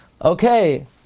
Okay